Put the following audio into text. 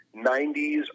90s